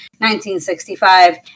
1965